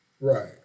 Right